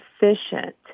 efficient